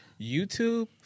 YouTube